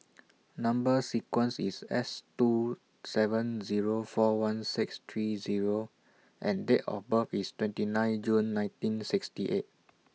Number sequence IS S two seven Zero four one six three Zero and Date of birth IS twenty nine June nineteen sixty eight